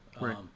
Right